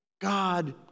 God